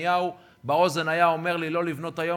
כשנתניהו באוזן היה אומר לי לא לבנות היום,